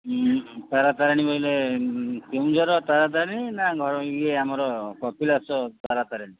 ହୁଁ ତାରା ତାରିଣୀ କହିଲେ କେଉଁଝର ତାରା ତାରିଣୀ ନା ଇଏ ଆମର କପିଳାସ ତାରା ତାରିଣୀ